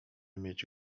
mieć